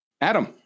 Adam